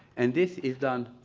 and this is done